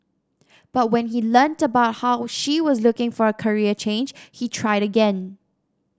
but when he learnt about how she was looking for a career change he tried again